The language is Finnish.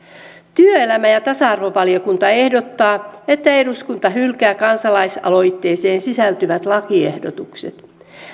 työelämä ja tasa arvovaliokunta ehdottaa että eduskunta hylkää kansalaisaloitteeseen sisältyvät lakiehdotukset